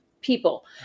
people